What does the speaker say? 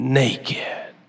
naked